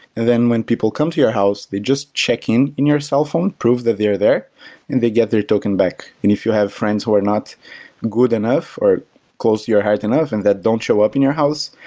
then when people come to your house, they just check in in your cellphone, prove that they're there and they get their token back. if you have friends who are not good enough, or close to your heart enough and that don't show up in your house,